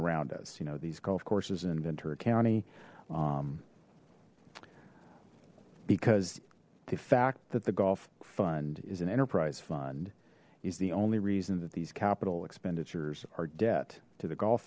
around us you know these golf courses in ventura county because the fact that the golf fund is an enterprise fund is the only reason that these capital expenditures are debt to the golf